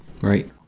Right